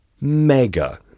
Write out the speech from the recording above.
Mega